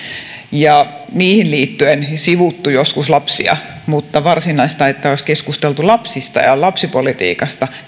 ja niihin liittyen sivuttu joskus lapsia mutta varsinaista sellaista strategiaa että olisi keskusteltu lapsista ja lapsipolitiikasta